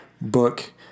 book